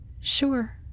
Sure